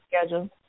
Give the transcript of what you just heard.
schedule